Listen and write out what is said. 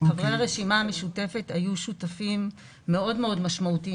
חברי הרשימה המשותפת היו שותפים מאוד מאוד משמעותיים